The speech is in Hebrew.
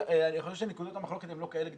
אני חושב שנקודות המחלוקת הן לא כאלה גדולות.